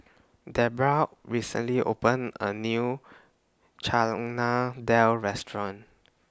Debbra recently opened A New Chana Dal Restaurant